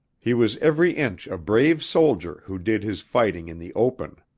he was every inch a brave soldier who did his fighting in the open.